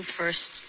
first